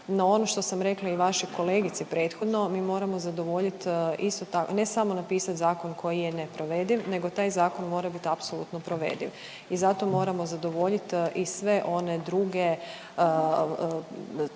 no ono što sam rekla i vašoj kolegici prethodno, mi moramo zadovoljit isto tako, ne samo napisat zakon koji je neprovediv nego taj zakon mora biti apsolutno provediv i zato moramo zadovoljit i sve one druge